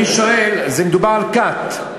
אני שואל, מדובר על כת.